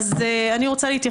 אני רוצה להביא אירוע ספציפי,